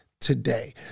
today